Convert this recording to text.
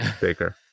baker